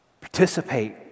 Participate